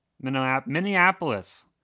Minneapolis